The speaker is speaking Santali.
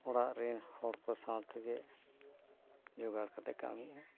ᱚᱲᱟᱜ ᱨᱤᱱ ᱦᱚᱲ ᱠᱚ ᱥᱟᱶᱛᱮᱜᱮ ᱡᱚᱜᱟᱲ ᱠᱟᱛᱮ ᱠᱟᱹᱢᱤᱜᱼᱟ